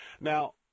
Now